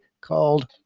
called